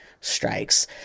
strikes